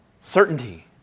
certainty